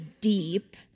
deep